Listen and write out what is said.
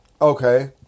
Okay